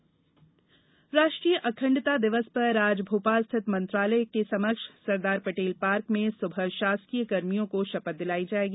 अखंडता दिवस राष्ट्रीय अखण्डता दिवस पर आज भोपाल स्थित मंत्रालय के समक्ष सरदार पटेल पार्क में सुबह शासकीय कर्मियों को शपथ दिलाई जाएगी